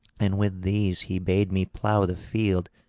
and with these he bade me plough the field,